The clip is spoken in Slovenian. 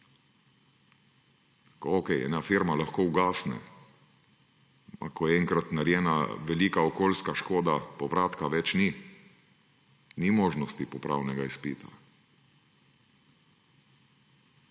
Okej, ena firma lahko ugasne, ampak ko je enkrat narejena velika okoljska škoda, povratka več ni. Ni možnosti popravnega izpita.